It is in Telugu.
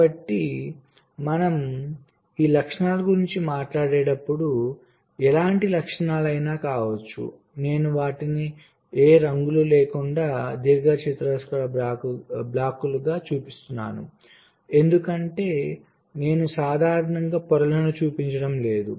కాబట్టి మనం లక్షణాలు గురించి మాట్లాడేటప్పుడు ఎలాంటి లక్షణాలు అయినా కావచ్చు నేను వాటిని ఏ రంగులు లేకుండా దీర్ఘచతురస్రాకార బ్లాక్లుగా చూపిస్తున్నాను ఎందుకంటే నేను సాధారణంగా పొరలను చూపించడం లేదు